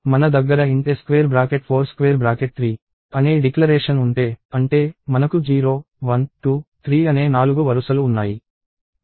మన దగ్గర int A43 అనే డిక్లరేషన్ ఉంటే అంటే మనకు 0 1 2 3 అనే నాలుగు వరుసలు ఉన్నాయి